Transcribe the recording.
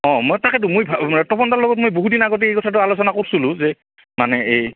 অঁ মই তাকেতো মই তপন দাৰ লগত মই বহুদিন আগতে এই কথাটো আলোচনা কৰিছিলোঁ যে মানে এই